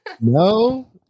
no